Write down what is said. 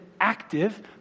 active